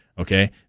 Okay